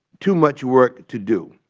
too much work to do.